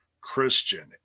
Christian